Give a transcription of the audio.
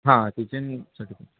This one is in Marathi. हां किचनसाठी